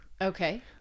okay